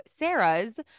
Sarahs